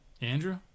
Andrew